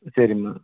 சரிம்மா